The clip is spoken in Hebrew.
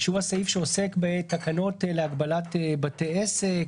שהוא הסעיף שעוסק בתקנות להגבלת בתי עסק,